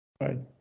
Right